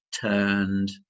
turned